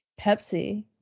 Pepsi